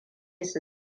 su